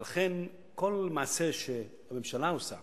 ולכן כל מעשה שהממשלה עושה